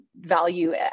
value